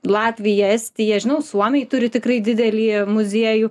latvija estija žinau suomiai turi tikrai didelį muziejų